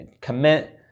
commit